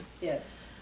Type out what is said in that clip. Yes